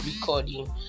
recording